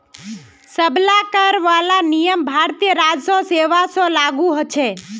सब ला कर वाला नियम भारतीय राजस्व सेवा स्व लागू होछे